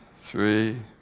three